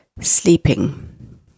sleeping